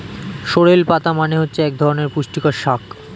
sorrel পাতা মানে হচ্ছে এক ধরনের পুষ্টিকর শাক